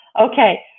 Okay